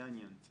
זה העניין.